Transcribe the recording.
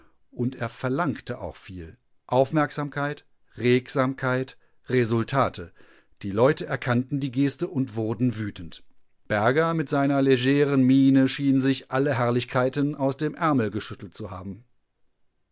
und verlangte auch viel aufmerksamkeit regsamkeit resultate die leute erkannten die geste und wurden wütend berger mit seiner legeren miene schien sich alle herrlichkeiten aus dem ärmel geschüttelt zu haben